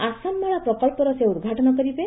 ଆସାମ ମାଳା ପ୍ରକଳ୍ପର ସେ ଉଦ୍ଘାଟନ କରିବେ